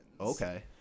okay